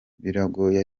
biragoye